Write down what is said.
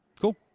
Cool